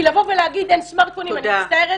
להגיד "אין סמרטפונים" אני מצטערת,